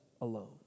alone